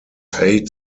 eight